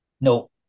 No